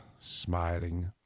smiling